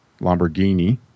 Lamborghini